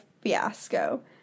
fiasco